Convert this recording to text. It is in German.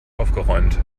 aufgeräumt